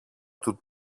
του